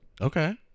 Okay